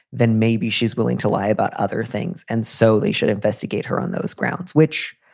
then maybe she's willing to lie about other things. and so they should investigate her on those grounds, which.